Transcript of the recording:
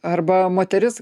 arba moteris